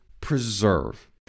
preserve